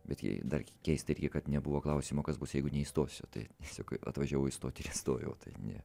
bet jei dar keista irgi kad nebuvo klausimo kas bus jeigu neįstosiu tai tiesiog atvažiavau įstoti įstojau tai ne